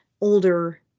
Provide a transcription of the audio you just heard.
older